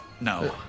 No